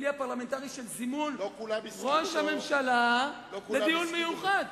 של זימון ראש הממשלה לדיון מיוחד,